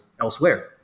elsewhere